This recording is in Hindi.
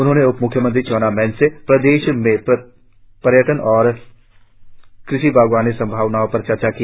उन्होंने उप म्ख्यमंत्री चाउना मैन से प्रदेश में पर्यटन और कृषि बागवानी संभावनाओं पर चर्चा की